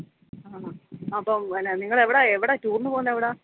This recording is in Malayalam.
ആണോ അപ്പം എന്നാൽ നിങ്ങളെവിടാണ് എവിടാണ് ടൂർന് പോകുന്നത് എവിടാ